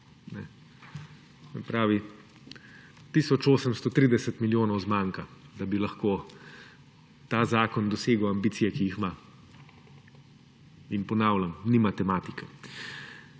pravi, tisoč 830 milijonov zmanjka, da bi lahko ta zakon dosegel ambicije, ki jih ima. Ponavljam, ni matematike.